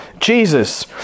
Jesus